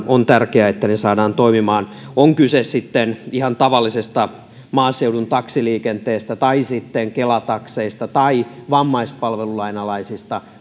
on tärkeää että ne saadaan toimimaan on kyse sitten ihan tavallisesta maaseudun taksiliikenteestä tai sitten kela takseista tai vammaispalvelulain alaisista